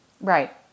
right